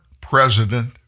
President